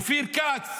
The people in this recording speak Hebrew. אופיר כץ,